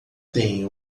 têm